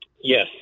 Yes